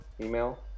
email